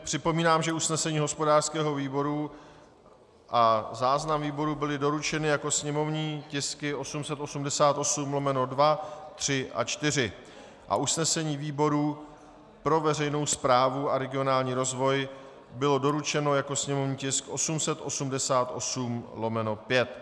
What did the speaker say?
Připomínám, že usnesení hospodářského výboru a záznam výboru byly doručeny jako sněmovní tisky 887/2, 3 a 4 a usnesení výboru pro veřejnou správu a regionální rozvoj bylo doručeno jako sněmovní tisk 888/5.